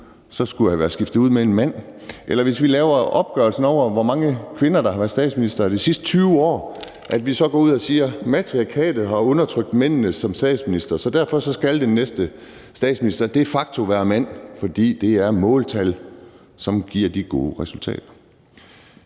skulle have været skiftet ud med en mand. Jeg håber heller ikke, at vi, hvis vi laver en opgørelse over, hvor mange kvinder der har været statsminister de sidste 20 år, så går ud og siger, at matriarkatet har undertrykt mændenes mulighed for at blive statsminister, så derfor skal alle de næste statsministre de facto være mænd, fordi det er måltal, som giver de gode resultater.